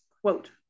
quote